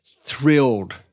thrilled